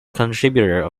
contributor